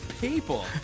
people